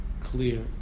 clear